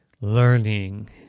learning